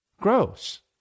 gross